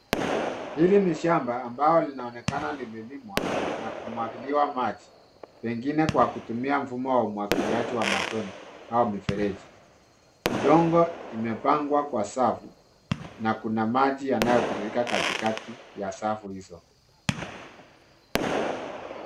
Hili ni shamba ambao linaonekana lililimwa na kumwagiliwa maji .Pengine kwa kutumia mfumo wa umwagiliaji wa matone au mifereji .Udongo imepangwa kwa safu na kuna maji yanayotiririka katikati ya safu hizo.